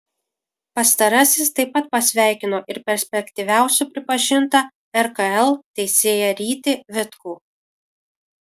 pastarasis taip pat pasveikino ir perspektyviausiu pripažintą rkl teisėją rytį vitkų